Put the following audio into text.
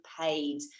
paid